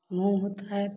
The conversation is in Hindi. मूँग होता है